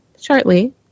shortly